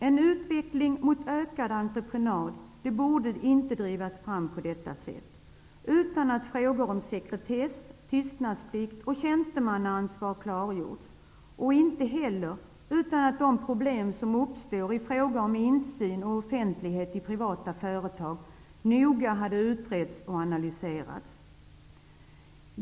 En utveckling mot ökad entreprenadverksamhet borde inte drivas fram på detta sätt utan att frågor om sekretess, tystnadsplikt och tjänstemannaansvar har klargjorts, och inte heller utan att de problem som uppstår i fråga om insyn, offentlighet i privata företag noga har utretts och analyserats.